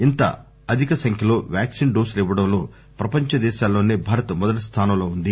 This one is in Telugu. ఇంత అధిక సంఖ్యలో వ్యాక్సిన్ డోసులు ఇవ్వడంలో ప్రపంచదేశాల్లోనే భారత్ మొదటి స్థానంలో ఉంది